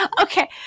Okay